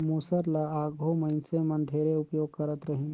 मूसर ल आघु मइनसे मन ढेरे उपियोग करत रहिन